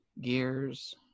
gears